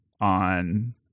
on